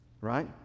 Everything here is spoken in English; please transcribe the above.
right